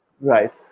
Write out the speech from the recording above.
Right